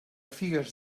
figues